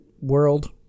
World